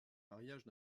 mariages